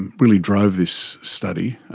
and really drove this study.